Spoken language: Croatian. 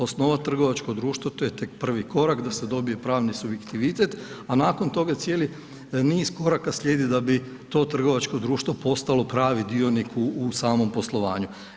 Osnovat trgovačko društvo, to je tek prvi korak da se dobije pravni subjektivitet, a nakon toga cijeli niz koraka slijedi da bi to trgovačko društvo postalo pravi dionik u samom poslovanju.